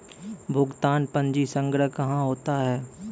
भुगतान पंजी संग्रह कहां होता हैं?